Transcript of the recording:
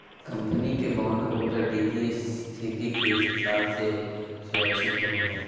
company के bond ओकर वित्तीय स्थिति के हिसाब से सुरक्षित होवो हइ